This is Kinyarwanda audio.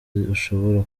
ushobora